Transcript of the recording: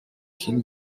king